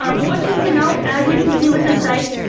um one thing to note as you can see with the site,